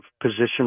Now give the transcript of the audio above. position